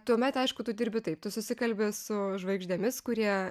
tuomet aišku tu dirbi taip tu susikalbi su žvaigždėmis kurie